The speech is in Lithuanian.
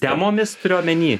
temomis turi omeny